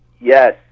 Yes